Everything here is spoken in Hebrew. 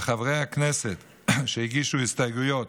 וחברי הכנסת שהגישו הסתייגויות,